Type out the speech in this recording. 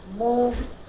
moves